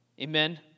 Amen